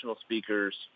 speakers